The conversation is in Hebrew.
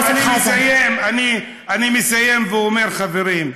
חברים, אני מסיים, אני מסיים ואומר, חברים,